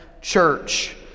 church